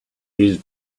his